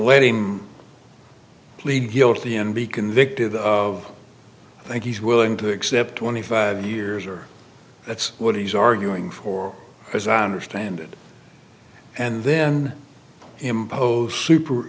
waiting plead guilty and be convicted of thank you willing to accept twenty five years or that's what he's arguing for as i understand it and then impose super